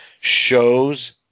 shows